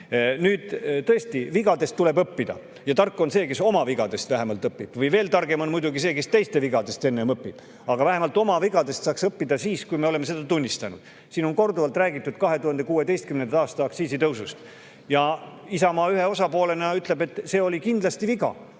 Nüüd, tõesti, vigadest tuleb õppida ja tark on see, kes oma vigadest vähemalt õpib, või veel targem on muidugi see, kes teiste vigadest enne õpib. Aga vähemalt oma vigadest saaks õppida siis, kui me oleme neid tunnistanud. Siin on korduvalt räägitud 2016. aasta aktsiisitõusust. Isamaa ühe osapoolena ütleb, et see oli kindlasti viga.